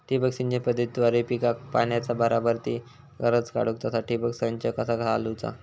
ठिबक सिंचन पद्धतीद्वारे पिकाक पाण्याचा बराबर ती गरज काडूक तसा ठिबक संच कसा चालवुचा?